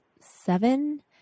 seven